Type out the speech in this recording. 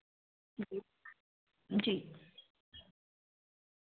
जी